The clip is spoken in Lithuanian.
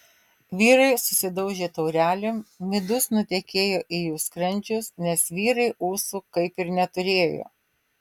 vyrai susidaužė taurelėm midus nutekėjo į jų skrandžius nes vyrai ūsų kaip ir neturėjo